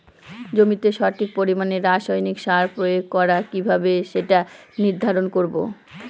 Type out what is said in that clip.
জমিতে সঠিক পরিমাণে রাসায়নিক সার প্রয়োগ করা কিভাবে সেটা নির্ধারণ করব?